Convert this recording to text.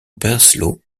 breslau